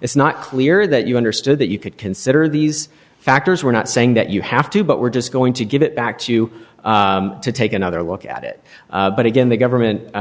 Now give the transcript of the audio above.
it's not clear that you understood that you could consider these factors we're not saying that you have to but we're just going to give it back to you to take another look at it but again the government